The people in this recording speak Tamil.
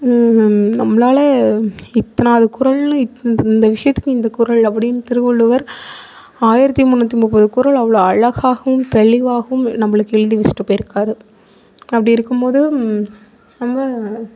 நம்மளால் இத்தனாவது குறள் இந்த விசயத்துக்கு இந்த குறள் அப்படின்னு திருவள்ளுவர் ஆயிரத்து முன்னூற்றி முப்பது குறள அவ்வளோ அழகாகவும் தெளிவாகவும் நம்மளுக்கு எழுதி வச்சிவிட்டு போயிருக்கார் அப்படி இருக்கும் போது நம்ம